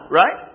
right